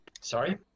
Sorry